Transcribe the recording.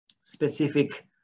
specific